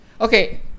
Okay